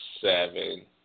seven